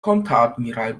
konteradmiral